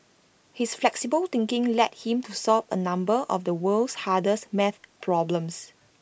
his flexible thinking led him to solve A number of the world's hardest math problems